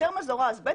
בהיתר מזורז ב',